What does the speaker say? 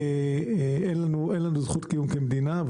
אין לנו זכות קיום כמדינה.